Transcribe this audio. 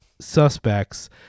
suspects